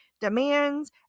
demands